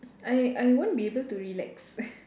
I I won't be able to relax